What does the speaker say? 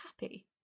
happy